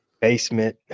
Basement